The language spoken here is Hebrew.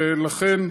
ולכן,